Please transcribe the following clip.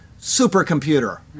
supercomputer